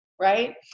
right